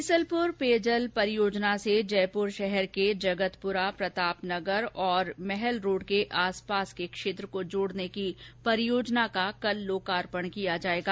बीसलपुर पेयजल परियोजना से जयपुर शहर के जगतपुरा प्रतापनगर और महल रोड के आसपास के क्षेत्र को जोड़ने की परियोजना का कल लोकार्पण किया जायेगा